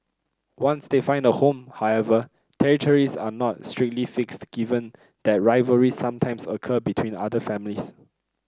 once they find a home however territories are not strictly fixed given that rivalries sometimes occur between otter families